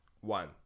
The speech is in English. One